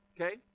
Okay